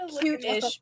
cute-ish